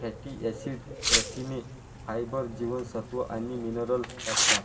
fatty acid, प्रथिने, fibre, जीवनसत्व आणि मिनरल्स असतात